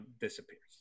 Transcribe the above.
disappears